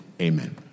amen